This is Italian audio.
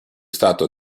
stato